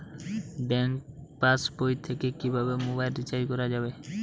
Bank পাশবই থেকে কিভাবে মোবাইল রিচার্জ করা যাবে?